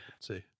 see